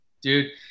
Dude